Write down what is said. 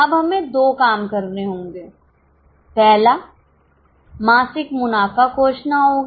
अब हमें दो काम करने होंगे पहला मासिक मुनाफा खोजना होगा